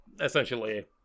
essentially